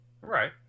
right